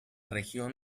región